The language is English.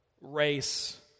race